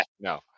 no